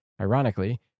ironically